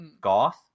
goth